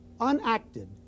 unacted